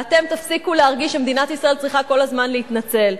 ואתם תפסיקו להרגיש שמדינת ישראל צריכה כל הזמן להתנצל.